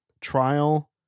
trial